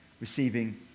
receiving